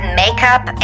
makeup